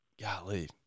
golly